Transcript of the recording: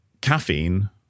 caffeine